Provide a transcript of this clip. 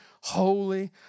holy